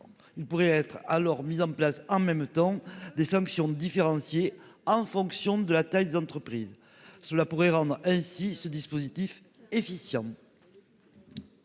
Il pourrait être alors mise en place en même temps des sanctions différenciées en fonction de la taille des entreprises. Cela pourrait rendre ainsi ce dispositif efficient.